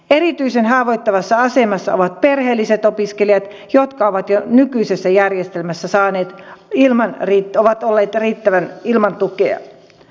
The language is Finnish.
erityisen haavoittuvassa asemassa ovat perheelliset opiskelijat jotka ovat jo nykyisessä järjestelmässä olleet ilman riittävää tukea